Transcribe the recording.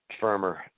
firmer